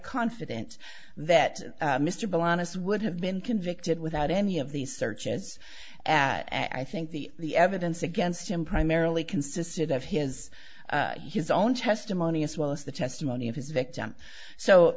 confident that mr bill honest would have been convicted without any of these searches as i think the evidence against him primarily consisted of his his own testimony as well as the testimony of his victim so